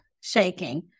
shaking